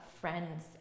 friends